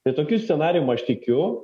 tai tokiu scenarijum aš tikiu